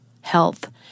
health